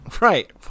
Right